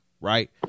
Right